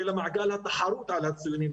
ולמעגל התחרות על הציונים,